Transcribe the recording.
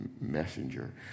messenger